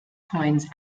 coins